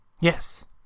Yes